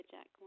Jack